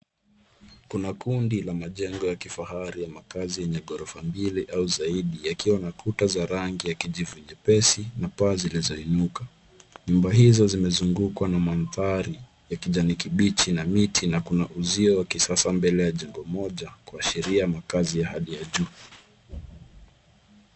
Kuna kundi la majengo ya kifahari ya makazi yenye ghorofa mbili au zaidi yakiwa na kuta za rangi ya kijivu nyepesi na paa zilizoinuka. Nyumba hizo zimezungukwa na madhari ya kijani kibichi na miti na kuna uzio wa kisasa mbele ya jengo moja kuashiria makazi ya hali ya juu.